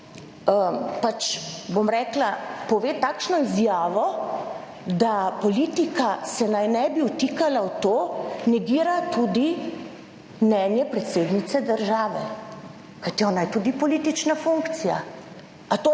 bom rekla, pove takšno izjavo, da politika se naj ne bi vtikala v to, negira tudi mnenje predsednice države, kajti ona je tudi politična funkcija. Ali torej menite, da